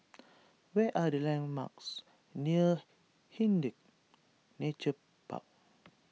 what are the landmarks near Hindhede Nature Park